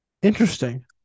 Interesting